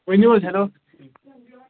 ؤنِو حظ ہٮ۪لو